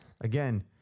again